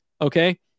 Okay